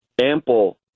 ample